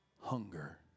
hunger